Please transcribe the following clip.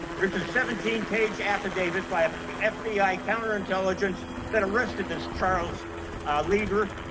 there's a seventeen page affidavit by ah fbi counter-intelligence that arrested this charles lieber